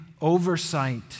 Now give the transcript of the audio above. oversight